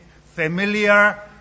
familiar